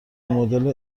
مدل